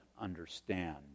understand